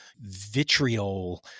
vitriol